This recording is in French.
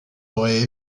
auraient